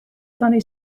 funny